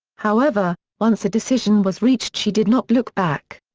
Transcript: however, once a decision was reached she did not look back.